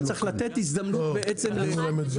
אבל צריך לתת הזדמנות ל --- דברי עם האוצר,